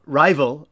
rival